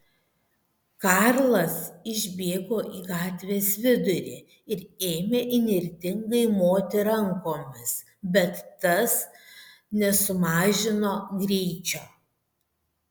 karlas išbėgo į gatvės vidurį ir ėmė įnirtingai moti rankomis bet tas nesumažino greičio